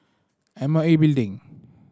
M O E Building